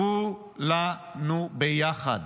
כולנו ביחד: